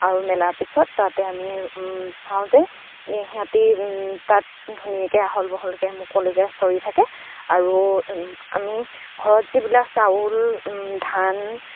আৰু মেলাৰ পিছত তাতে আমি চাওঁ যে সিহঁতি তাত ধুনীয়াকে আহল বহলকে মুকলিকে চৰি থাকে আৰু আমি ঘৰত যিবিলাক চাউল ধান